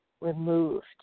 removed